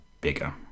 bigger